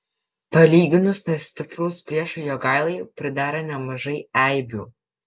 palyginus nestiprūs priešai jogailai pridarė nemažai eibių